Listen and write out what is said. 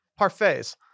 Parfaits